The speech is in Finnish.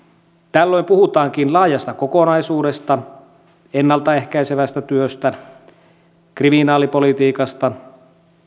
tällöin puhutaankin laajasta kokonaisuudesta ennalta ehkäisevästä työstä kriminaalipolitiikasta